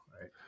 Right